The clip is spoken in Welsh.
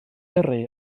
yrru